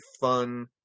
fun